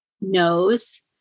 knows